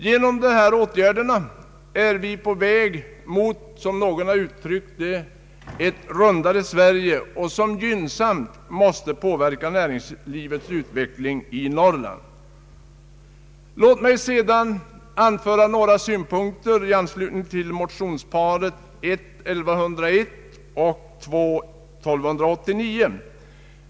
Genom detta stöd är vi på väg mot ett ”rundare Sverige”, som gynnsamt måste påverka näringslivets utveckling i Norrland. Låt mig sedan anföra några synpunkter i anslutning till motionsparet I: 1101 och II: 1289.